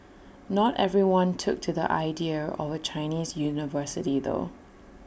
not everyone took to the idea of A Chinese university though